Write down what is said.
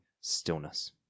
stillness